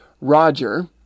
Roger